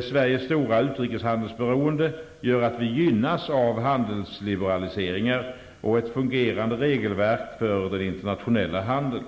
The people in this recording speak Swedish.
Sveriges stora utrikeshandelsberoende gör att vi gynnas av handelsliberaliseringar och ett fungerande regelverk för den internationella handeln.